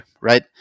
right